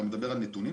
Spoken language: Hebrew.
חנוק